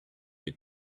you